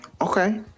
Okay